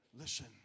listen